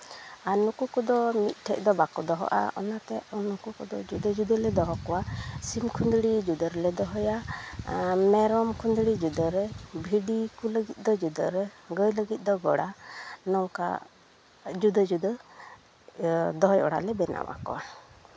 ᱟᱨ ᱱᱩᱠᱩ ᱠᱚᱫᱚ ᱢᱤᱫ ᱴᱷᱮᱡ ᱫᱚ ᱵᱟᱠᱚ ᱫᱚᱦᱚᱜᱼᱟ ᱚᱱᱟᱛᱮ ᱩᱱᱠᱩ ᱠᱚᱫᱚ ᱡᱩᱫᱟᱹ ᱡᱩᱫᱟᱹᱞᱮ ᱫᱚᱦᱚ ᱠᱚᱣᱟ ᱥᱤᱢ ᱠᱷᱩᱸᱫᱽᱲᱤ ᱡᱩᱫᱟᱹ ᱨᱮᱞᱮ ᱫᱚᱦᱚᱭᱟ ᱢᱮᱨᱚᱢ ᱠᱷᱩᱸᱫᱽᱲᱤ ᱡᱩᱫᱟᱹ ᱨᱮ ᱵᱷᱤᱰᱤ ᱠᱚ ᱞᱟᱹᱜᱤᱫ ᱫᱚ ᱡᱩᱫᱟᱹᱨᱮ ᱜᱟᱹᱭ ᱞᱟᱹᱜᱤᱫ ᱫᱚ ᱜᱳᱲᱟ ᱱᱚᱝᱠᱟ ᱡᱩᱫᱟᱹ ᱡᱩᱫᱟᱹ ᱫᱚᱦᱚᱭ ᱚᱲᱟᱜ ᱞᱮ ᱵᱮᱱᱟᱣᱟ ᱟᱠᱚᱣᱟ